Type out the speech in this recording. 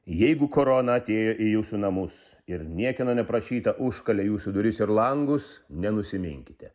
jeigu korona atėjo į jūsų namus ir niekieno neprašyta užkalė jūsų duris ir langus nenusiminkite